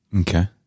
Okay